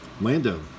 Lando